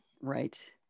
Right